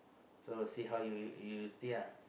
so see how you you see ah